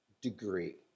degree